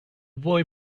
boy